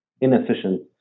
inefficient